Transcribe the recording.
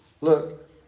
look